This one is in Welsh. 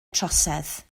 trosedd